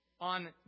on